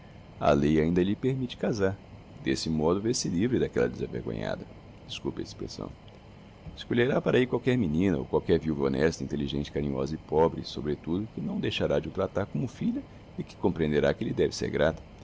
a lei ainda lhe permitte casar d'esse modo vê-se livre d'aquella desavergonhada desculpe a expressão escolherá para ahi qualquer menina ou qualquer viuva honesta intelligente carinhosa e pobre sobretudo que não deixará de o tratar como filha e que comprehenderá que lhe deve ser grata